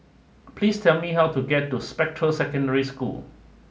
please tell me how to get to Spectra Secondary School